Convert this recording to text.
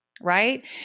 Right